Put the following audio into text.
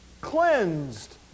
cleansed